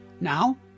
Now